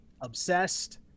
Obsessed